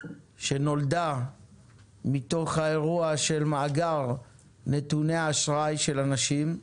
שנולדה מתוך האירוע של מאגר נתוני אשראי של אנשים.